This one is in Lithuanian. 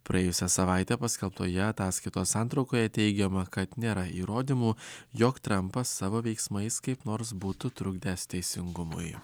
praėjusią savaitę paskelbtoje ataskaitos santraukoje teigiama kad nėra įrodymų jog trampas savo veiksmais kaip nors būtų trukdęs teisingumui